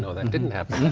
no, that didn't happen.